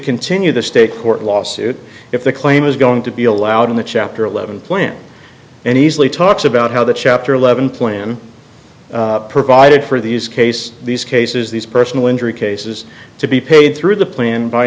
continue the state court lawsuit if the claim is going to be allowed in the chapter eleven plan and easily talks about how the chapter eleven plan provided for these case these cases these personal injury cases to be paid through the plan